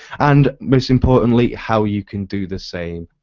and most importantly, how you can do the same.